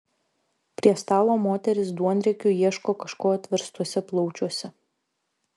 prie stalo moterys duonriekiu ieško kažko atverstuose plaučiuose